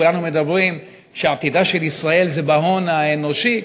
כולנו מדברים על כך שעתידה של ישראל זה בהון האנושי,